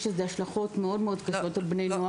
יש לזה השלכות מאוד מאוד קשות על בני נוער.